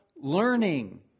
learning